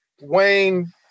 Wayne